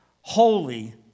holy